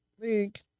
link